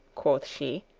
quoth she,